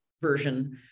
version